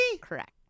Correct